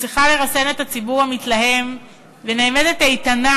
מצליחה לרסן את הציבור המתלהם ונעמדת איתנה